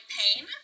pain